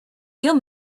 kill